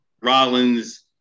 Rollins